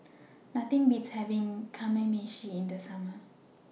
Nothing Beats having Kamameshi in The Summer